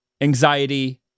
anxiety